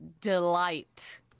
delight